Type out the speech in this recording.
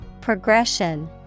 Progression